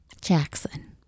jackson